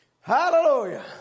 Hallelujah